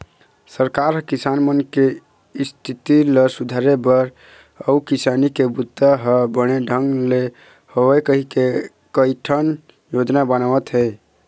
सरकार ह किसान मन के इस्थिति ल सुधारे बर अउ किसानी के बूता ह बने ढंग ले होवय कहिके कइठन योजना बनावत हे